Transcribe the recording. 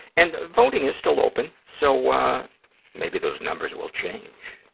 and voting is still open, so maybe those numbers will change.